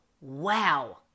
wow